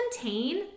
contain